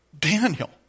Daniel